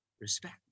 respect